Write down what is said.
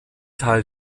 teil